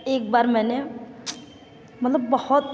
एक बार मैंने मतलब बहुत